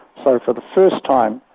so for the first time,